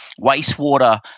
wastewater